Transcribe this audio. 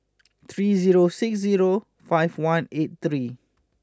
three zero six zero five one eight three